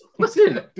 Listen